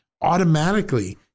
automatically